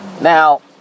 Now